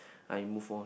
I move on